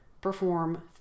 Perform